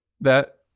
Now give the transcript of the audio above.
That-